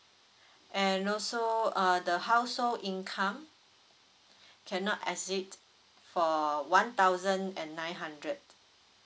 and also uh the household income can not exceed for one thousand and nine hundred